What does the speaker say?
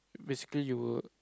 basically you will